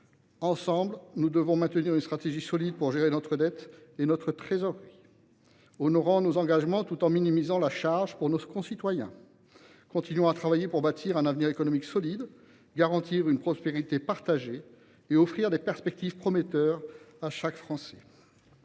Ensemble, nous devons maintenir une stratégie solide pour gérer notre dette et notre trésorerie. Nous devons honorer nos engagements tout en minimisant la charge pour nos concitoyens ; il nous faut continuer à travailler pour bâtir un avenir économique solide, garantir une prospérité partagée et offrir des perspectives prometteuses à chaque Français.